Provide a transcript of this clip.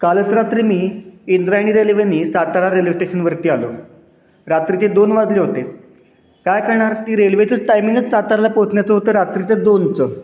कालच रात्री मी इंद्रायणी रेल्वेने सातारा रेल्वे स्टेशनवरती आलो रात्रीचे दोन वाजले होते काय करणार ती रेल्वेचंच टायमिंगच सातारला पोहोचण्याचं होतं रात्रीचं दोनचं